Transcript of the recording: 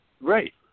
Right